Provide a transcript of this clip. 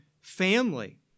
family